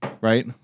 right